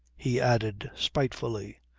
he added spitefully.